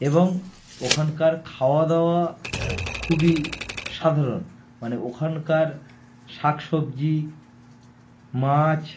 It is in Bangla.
এবং ওখানকার খাওয়া দাওয়া খুবই সাধারণ মানে ওখানকার শাক সবজি মাছ